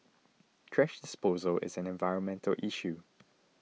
thrash disposal is an environmental issue